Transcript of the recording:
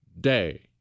day